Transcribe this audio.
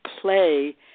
play